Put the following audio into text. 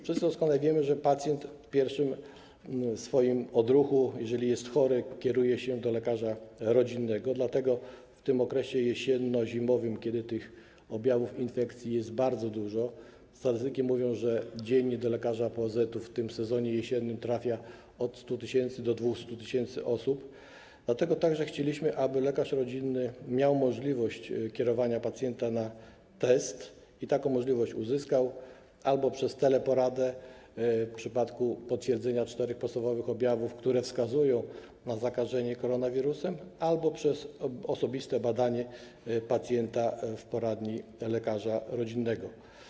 Wszyscy doskonale wiemy, że pacjent w pierwszym swoim odruchu, jeżeli jest chory, kieruje się do lekarza rodzinnego, dlatego w tym okresie jesienno-zimowym, kiedy tych objawów infekcji jest bardzo dużo - statystyki mówią, że dziennie do lekarza POZ-u w tym sezonie jesiennym trafia od 100 tys. do 200 tys. osób - także chcieliśmy, aby lekarz rodzinny miał możliwość kierowania pacjenta na test i taką możliwość uzyskał albo przez teleporadę w przypadku potwierdzenia czterech podstawowych objawów, które wskazują na zakażenie koronawirusem, albo przez osobiste badanie pacjenta w poradni lekarza rodzinnego.